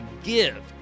give